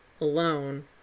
alone